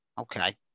Okay